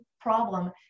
problem